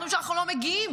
אומרים שאנחנו לא מגיעים,